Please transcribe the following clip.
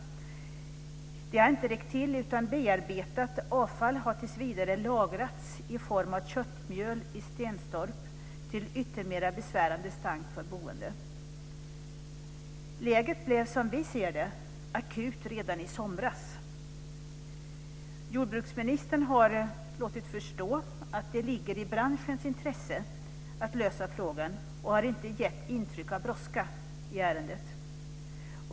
Detta har inte räckt, utan bearbetat avfall har tills vidare lagrats i form av köttmjöl i Stenstorp, med åtföljande besvärande stank för de boende. Läget blev, som vi ser det, akut redan i somras. Jordbruksministern har låtit förstå att det ligger i branschens intresse att lösa frågan och har inte gett intryck av att känna brådska i ärendet.